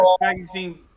Magazine